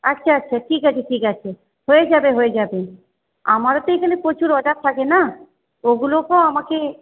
আচ্ছা আচ্ছা ঠিক আছে ঠিক আছে হয়ে যাবে হয়ে যাবে আমারও তো এখানে প্রচুর অর্ডার থাকে না ওগুলো তো আমাকে